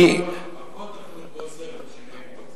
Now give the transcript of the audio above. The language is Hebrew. אבות אכלו בוסר ושיני בנים תקהינה.